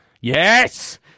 Yes